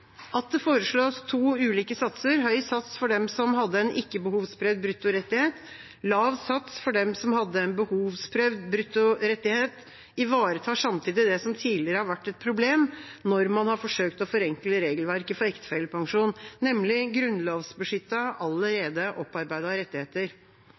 At det foreslås to ulike satser, høy sats for dem som hadde en ikke-behovsprøvd brutto rettighet, og lav sats for dem som hadde en behovsprøvd brutto rettighet, ivaretar samtidig det som tidligere har vært et problem når man har forsøkt å forenkle regelverket for ektefellepensjon – nemlig